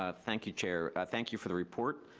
ah thank you, chair. thank you for the report.